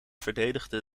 verdedigde